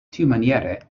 tiumaniere